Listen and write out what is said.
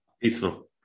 peaceful